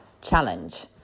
challenge